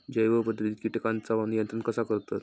जैव पध्दतीत किटकांचा नियंत्रण कसा करतत?